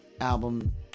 album